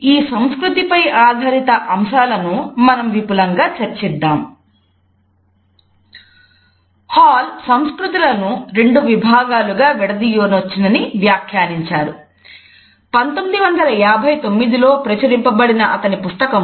ఈ సంస్కృతి పై ఆధారిత అంశాలను మనం విపులంగా చర్చిద్దాం